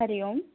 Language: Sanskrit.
हरि ओं